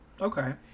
Okay